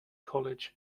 college